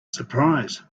surprise